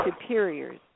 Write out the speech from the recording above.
superiors